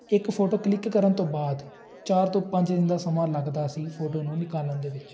ਇੱਕ photo click ਕਰਨ ਤੋਂ ਬਾਅਦ ਚਾਰ ਤੋਂ ਪੰਜ ਦਿਨ ਦਾ ਸਮਾਂ ਲੱਗਦਾ ਸੀ ਫੋਟੋ ਨੂੰ ਨਿਕਾਲਣ ਦੇ ਵਿੱਚ